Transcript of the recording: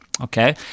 Okay